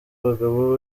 umugabo